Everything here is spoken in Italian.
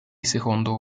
secondo